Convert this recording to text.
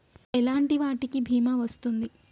ఎలాంటి వాటికి బీమా వస్తుంది?